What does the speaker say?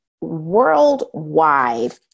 worldwide